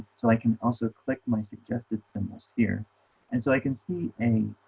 so i can also click my suggested symbols here and so i can see a